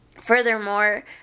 furthermore